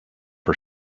for